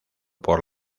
por